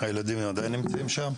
הילדים עדיין נמצאים שם,